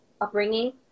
upbringing